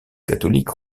catholique